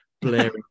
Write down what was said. blaring